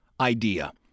idea